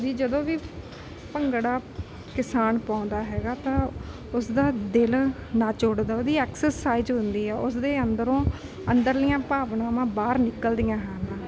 ਵੀ ਜਦੋਂ ਵੀ ਭੰਗੜਾ ਕਿਸਾਨ ਪਾਉਂਦਾ ਹੈਗਾ ਤਾਂ ਉਸਦਾ ਦਿਲ ਨੱਚ ਉੱਠਦਾ ਉਹਦੀ ਐਕਸਰਸਾਈਜ਼ ਹੁੰਦੀ ਆ ਉਸਦੇ ਅੰਦਰੋਂ ਅੰਦਰਲੀਆਂ ਭਾਵਨਾਵਾਂ ਬਾਹਰ ਨਿਕਲਦੀਆਂ ਹਨ